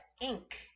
ink